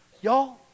Y'all